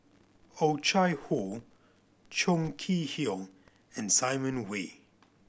Oh Chai Hoo Chong Kee Hiong and Simon Wee